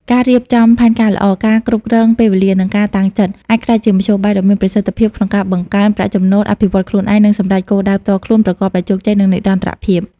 ការរៀបចំផែនការល្អ ការគ្រប់គ្រងពេលវេលា និងការតាំងចិត្ត អាចក្លាយជាមធ្យោបាយដ៏មានប្រសិទ្ធភាពក្នុងការបង្កើនប្រាក់ចំណូល អភិវឌ្ឍខ្លួនឯង និងសម្រេចបានគោលដៅផ្ទាល់ខ្លួនប្រកបដោយជោគជ័យ និងនិរន្តរភាព។